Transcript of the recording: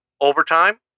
overtime